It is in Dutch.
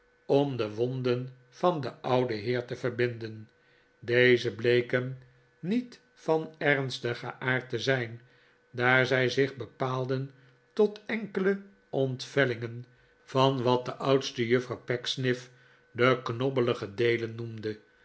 om de wonden van den ouden heer te verbinden deze bleken niet van ernstigen aard te zijn daar zij zich bepaalden tot enkele ontvellingen van wat de oudste juffrouw pecksniff de knobbelige deelen noemde